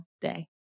day